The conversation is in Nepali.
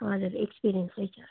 हजुर एक्सपिरियन्सै छ